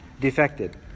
defected